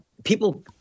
People